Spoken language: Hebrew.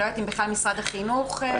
אני לא יודעת אם משרד החינוך נתן את הדעת.